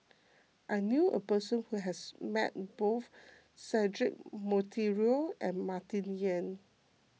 I knew a person who has met both Cedric Monteiro and Martin Yan